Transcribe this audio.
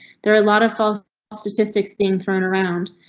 there are a lot of false statistics being thrown around.